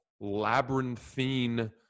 labyrinthine